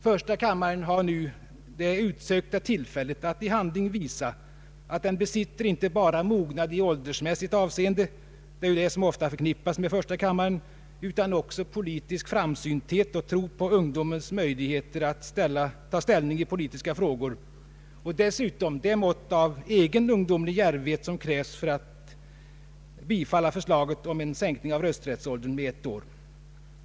Första kammaren har nu det utsökta tillfället att i handling visa att den besitter inte bara mognad i åldersmässigt avseende — det är ju det som ofta förknippas med första kammaren — utan också politisk framsynthet och tro på ungdomens möjligheter att ta ställning i politiska frågor och dessutom det mått av egen ungdomlig djärvhet som krävs för att bifalla förslaget om en sänkning av rösträttsåldern med ett år.